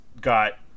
got